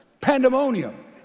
pandemonium